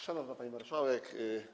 Szanowna Pani Marszałek!